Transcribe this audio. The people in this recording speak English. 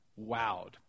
wowed